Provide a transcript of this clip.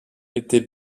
était